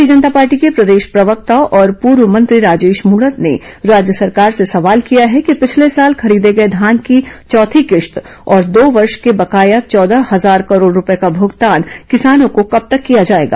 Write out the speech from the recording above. भारतीय जनता पार्टी के प्रदेश प्रवक्ता और पूर्व मंत्री राजेश मूणत ने राज्य सरकार से सवाल किया है कि पिछले साल खरीदे गए धान की चौथी किश्त और दो वर्ष के बकाया चौदह हजार करोड़ रूपए का भूगतान किसानों को कब तक किया जाएगा